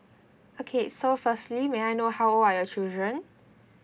okay so firstly may I know how old are your children